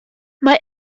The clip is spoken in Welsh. mae